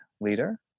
leader